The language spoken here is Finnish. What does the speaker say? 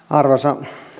arvoisa